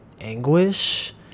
anguish